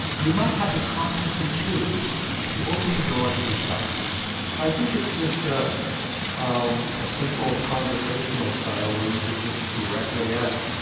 we might have to consciously choose to open the door to these thoughts i think it's just a um simple conversational style where you could just directly ask,